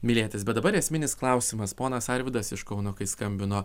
mylėtis bet dabar esminis klausimas ponas arvydas iš kauno kai skambino